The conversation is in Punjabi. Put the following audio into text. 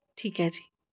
ਠੀਕ ਹੈ ਜੀ